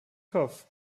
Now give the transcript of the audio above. kopf